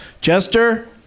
Jester